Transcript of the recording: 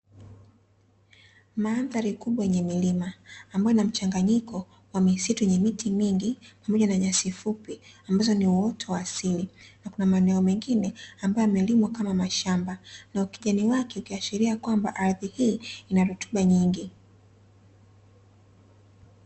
Mandhari kubwa yenye milima, ambayo ina mchanganyiko wa misitu yenye miti mingi, pamoja na nyasi fupi ambazo ni uoto wa asili na kuna maeneo mengine ambayo yamelimwa kama mashamba, Na ukijani wake ukiashiria kwamba ardhi hii ina rutuba nyingi. .